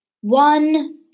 One